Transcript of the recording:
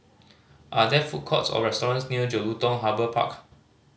are there food courts or restaurants near Jelutung Harbour Park